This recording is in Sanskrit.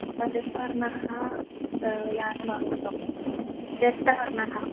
हरितवर्णः यानम् अवश्यं रक्तवर्णः